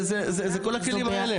זה כל הכלים האלה.